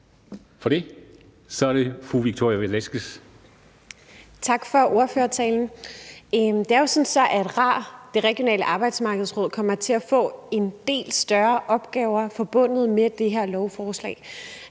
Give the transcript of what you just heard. Kl. 16:23 Victoria Velasquez (EL): Tak for ordførertalen. Det er jo sådan, at RAR – De Regionale Arbejdsmarkedsråd – kommer til at få en del større opgaver forbundet med det her lovforslag.